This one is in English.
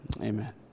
amen